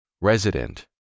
Resident